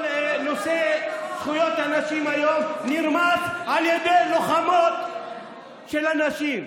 כל נושא זכויות הנשים היום נרמס על ידי לוחמות של הנשים,